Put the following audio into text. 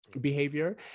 Behavior